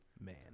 man